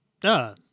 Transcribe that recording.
Duh